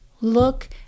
Look